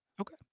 Okay